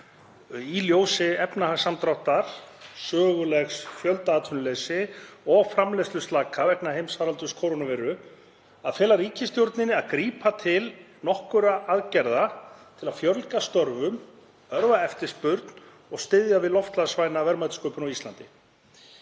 í ljósi efnahagssamdráttar, sögulegs fjöldaatvinnuleysis og framleiðsluslaka vegna heimsfaraldurs kórónuveiru, að fela ríkisstjórninni að grípa til eftirtalinna aðgerða til að fjölga störfum, örva eftirspurn og styðja við loftslagsvæna verðmætasköpun á Íslandi.